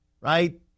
Right